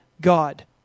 God